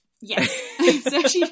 Yes